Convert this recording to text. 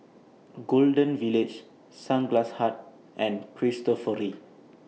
Golden Village Sunglass Hut and Cristofori